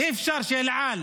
אי-אפשר שאל על,